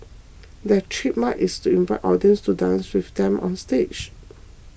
their trademark is to invite audience to dance with them onstage